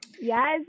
Yes